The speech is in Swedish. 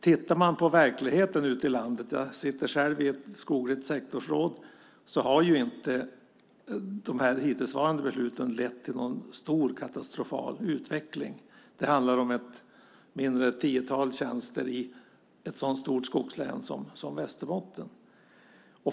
Om man tittar på verkligheten ute i landet - jag sitter själv i ett skogligt sektorsråd - ser man att de hittillsvarande besluten inte har lett till någon stor, katastrofal utveckling. Det handlar om ett tiotal tjänster i ett så stort skogslän som Västerbotten.